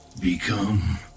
become